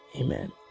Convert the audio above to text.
Amen